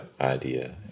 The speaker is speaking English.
idea